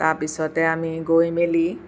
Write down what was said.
তাৰপিছতে আমি গৈ মেলি